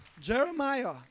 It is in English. Jeremiah